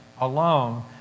alone